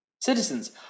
Citizens